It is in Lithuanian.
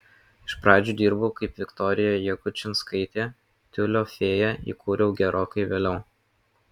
iš pradžių dirbau kaip viktorija jakučinskaitė tiulio fėją įkūriau gerokai vėliau